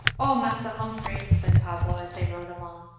oh, massa humphrey, said pablo, as they rode along,